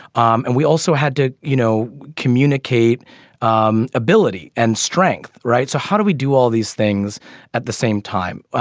um and we also had to you know communicate um ability and strength. right. so how do we do all these things at the same time.